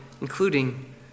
including